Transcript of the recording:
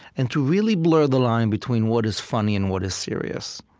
and to really blur the line between what is funny and what is serious.